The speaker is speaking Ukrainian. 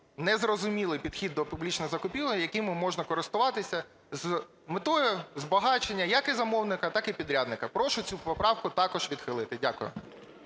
незрозумілий підхід до публічних закупівель, якими можна користуватися з метою збагачення як і замовника, так і підрядника. Прошу цю поправку також відхилити. Дякую.